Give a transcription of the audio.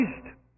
Christ